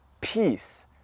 peace